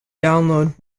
download